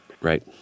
right